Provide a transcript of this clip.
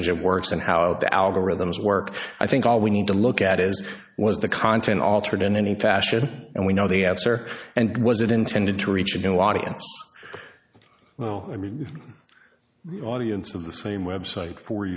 engine works and how the algorithms work i think all we need to look at is was the content altered in any fashion and we know the answer and was it intended to reach a new audience well i mean audience of the same website fo